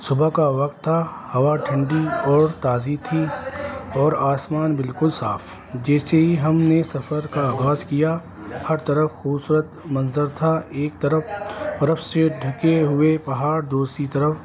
صبح کا وقت تھا ہوا ٹھنڈی اور تازی تھی اور آسمان بالکل صاف جیسے ہی ہم نے سفر کا آغاز کیا ہر طرف خوبصورت منظر تھا ایک طرف برف سے ڈھکے ہوئے پہاڑ دوسری طرف